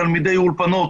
תלמידי אולפנות,